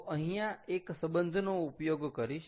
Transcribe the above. તો અહીંયા એક સંબંધનો ઉપયોગ કરીશ